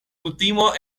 kutimo